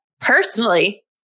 personally